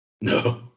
No